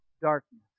darkness